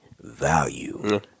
value